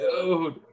dude